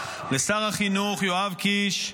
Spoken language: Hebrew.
לשר החינוך יואב קיש,